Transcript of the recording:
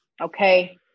okay